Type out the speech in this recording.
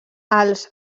els